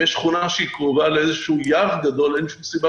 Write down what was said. אם יש שכונה שקרובה ליער גדול אין שום סיבה